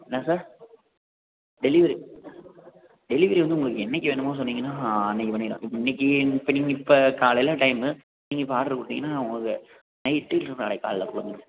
என்ன sir delivery delivery வந்து உங்களுக்கு என்றைக்கி வேணுமோ சொன்னீங்கன்னால் அன்றைக்கி பண்ணிக்கலாம் இப் இன்றைக்கி இப்போ நீங்கள் இப்போ காலையில் டைம்மு நீங்கள் இப்போ ஆர்டரு கொடுத்தீங்கன்னா உங்களுக்கு நைட் இல்லை நாளைக்கு காலைக்குள்ள வந்துடும்